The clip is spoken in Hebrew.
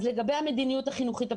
אז לגבי המדיניות החינוכית הפדגוגית,